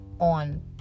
on